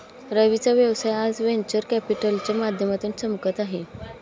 रवीचा व्यवसाय आज व्हेंचर कॅपिटलच्या माध्यमातून चमकत आहे